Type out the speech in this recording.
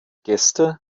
gäste